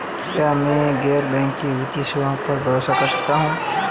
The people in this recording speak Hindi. क्या मैं गैर बैंकिंग वित्तीय सेवाओं पर भरोसा कर सकता हूं?